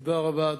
תודה רבה.